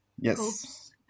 Yes